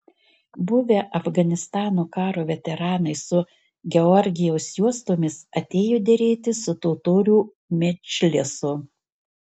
buvę afganistano karo veteranai su georgijaus juostomis atėjo derėtis su totorių medžlisu